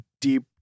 deep